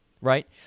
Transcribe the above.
right